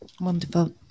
Wonderful